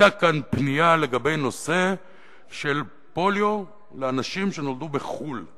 היתה כאן פנייה לגבי נושא של אנשים עם פוליו שנולדו בחו"ל.